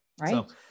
Right